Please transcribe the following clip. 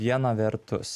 viena vertus